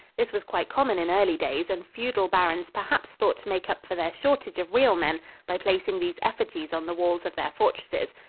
this was quite common in early days and feudal barons perhaps thought to make up for their shortage of real men by placing these effigies on the walls of their fortresses,